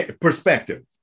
Perspective